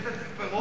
ספר לי מי קוטף.